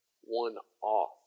one-off